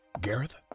Gareth